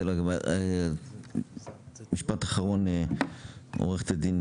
משפט אחרון עורכת הדין